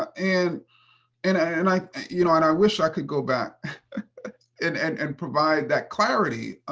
ah and and i you know and i wish i could go back and and and provide that clarity.